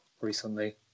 recently